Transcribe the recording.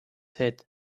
head